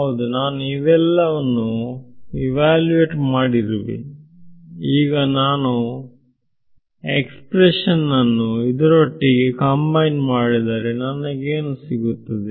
ಹೌದು ನಾನು ಇವೆಲ್ಲವನ್ನೂ ಇವ್ಯಾಲುವೇಟ್ ಮಾಡಿರುವೆಈಗ ನಾನು ಎಕ್ಸ್ಪ್ರೆಶನ್ ಅನ್ನು ಇದರೊಟ್ಟಿಗೆ ಕಂಬೈನ್ ಮಾಡಿದರೆ ನನಗೇನು ಸಿಗುತ್ತದೆ